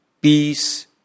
peace